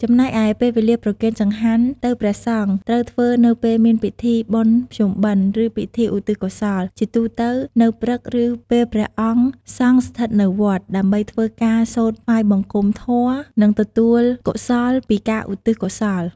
ចំណែកឯពេលវេលាប្រគេនចង្ហាន់ទៅព្រះសង្ឃត្រូវធ្វើនៅពេលមានពិធីបុណ្យភ្ជុំបិណ្ឌ ឬពិធីឧទ្ទិសកុសល ជាទូទៅនៅព្រឹកឬពេលព្រះអង្គសង្ឃស្ថិតនៅវត្ត ដើម្បីធ្វើការសូត្រថ្វាយបង្គំធម៌ និងទទួលកុសលពីការឧទិសកោសល។